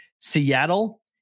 Seattle